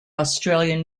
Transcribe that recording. australian